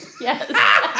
Yes